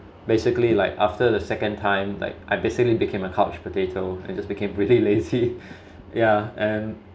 basically like after the second time like I basically became a couch potato and just became really lazy ya and